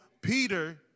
Peter